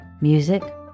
Music